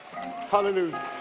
Hallelujah